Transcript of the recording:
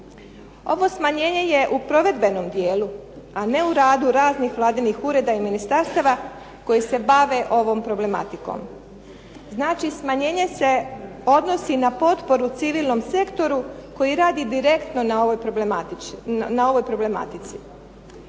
Ovo smanjenje je u provedbenom dijelu, a ne u radu raznih vladinih ureda i ministarstava koji se bave ovom problematikom. Znači smanjenje se odnosi na potporu civilnom sektoru koji radi direktno na ovoj problematici.